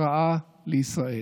הרעה לישראל.